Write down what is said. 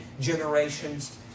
generations